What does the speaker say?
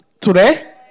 today